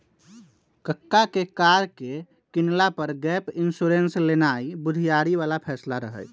कक्का के कार के किनला पर गैप इंश्योरेंस लेनाइ बुधियारी बला फैसला रहइ